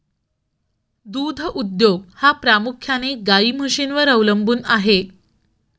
दूध उद्योग हा प्रामुख्याने गाई म्हशींवर अवलंबून आहे